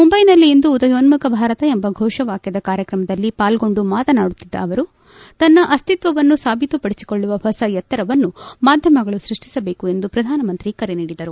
ಮುಂಬೈನಲ್ಲಿಂದು ಉದಯೋನ್ನುಖ ಭಾರತ ಎಂಬ ಫೋಷವಾಕ್ಕದ ಕಾರ್ಯಕ್ರಮದಲ್ಲಿ ಪಾಲ್ಗೊಂಡು ಮಾತನಾಡುತ್ತಿದ್ದ ಅವರು ತನ್ನ ಅಸ್ಥಿತ್ವವನ್ನು ಸಾಬೀತುಪಡಿಸಿಕೊಳ್ಳುವ ಹೊಸ ಎತ್ತರವನ್ನು ಮಾಧ್ವಮಗಳು ಸೃಷ್ಷಿಸಬೇಕು ಎಂದು ಪ್ರಧಾನಮಂತ್ರಿ ಕರೆ ನೀಡಿದರು